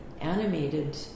animated